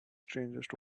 strangest